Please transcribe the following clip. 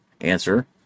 answer